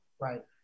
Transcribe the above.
Right